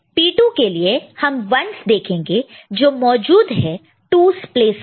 P2 के लिए हम 1's देखेंगे जो मौजूद है 2's प्लेस पर